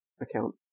account